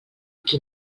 qui